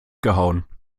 gehauen